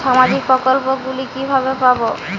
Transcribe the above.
সামাজিক প্রকল্প গুলি কিভাবে পাব?